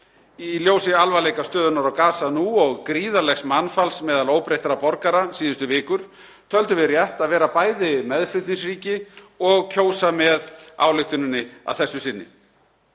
Í ljósi alvarleika stöðunnar á Gaza nú og gríðarlegs mannfalls meðal óbreyttra borgara síðustu vikur töldum við rétt að vera bæði meðflutningsríki og kjósa með ályktuninni að þessu sinni.